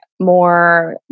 more